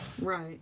Right